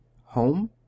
Home